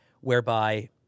whereby